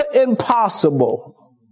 impossible